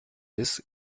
ist